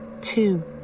Two